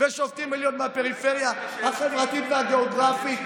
ושופטי עליון מהפריפריה החברתית והגיאוגרפית,